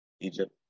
Egypt